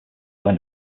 where